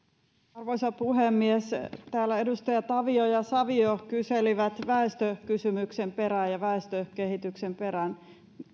arvoisa puhemies täällä edustajat tavio ja savio kyselivät väestökysymyksen perään ja väestökehityksen perään